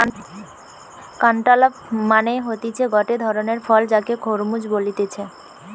cantaloupe মানে হতিছে গটে ধরণের ফল যাকে খরমুজ বলতিছে